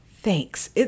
Thanks